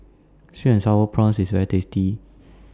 Sweet and Sour Prawns IS very tasty